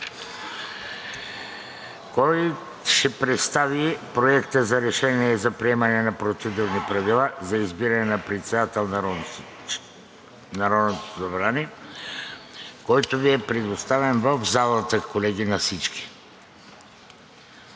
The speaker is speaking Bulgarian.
Кой ще представи Проекта за решение за приемане на процедурни правила за избиране на председател на Народното събрание, който Ви е предоставен в залата, колеги, на всички?